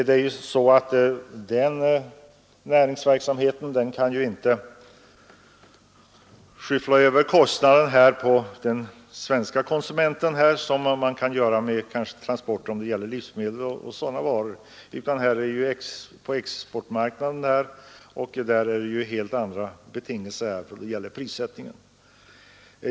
Den näringsgrenen kan inte föra över kostnaderna på konsumenterna, som man kanske kan göra i branscher där transporterna gäller livsmedel och dylikt som går till svenska konsumenter. På exportmarknaden gäller helt andra betingelser för prissättningen.